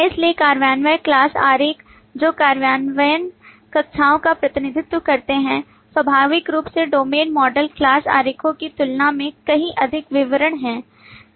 इसलिए कार्यान्वयन class आरेख जो कार्यान्वयन कक्षाओं का प्रतिनिधित्व करते हैं स्वाभाविक रूप से डोमेन मॉडल class आरेखों की तुलना में कहीं अधिक विवरण हैं